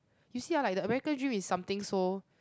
you see ah like the America dream is something so